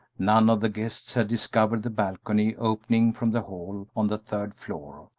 none of the guests had discovered the balcony opening from the hall on the third floor,